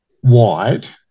white